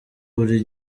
buri